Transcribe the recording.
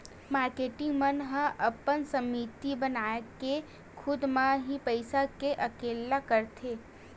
marketing मन ह अपन समिति बनाके खुद म ही पइसा के सकेला करथे